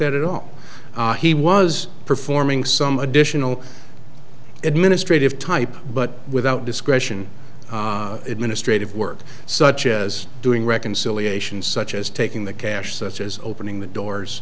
that at all he was performing some additional administrative type but without discretion administrative work such as doing reconciliation such as taking the cash such as opening the doors